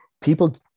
People